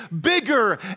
bigger